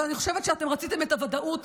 אבל אני חושבת שאתם רציתם את הוודאות,